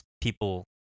people